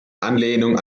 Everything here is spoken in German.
anlehnung